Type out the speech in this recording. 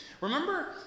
Remember